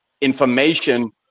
information